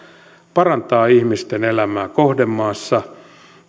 parantaa ihmisten elämää kohdemaassa